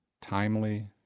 Timely